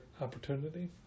opportunity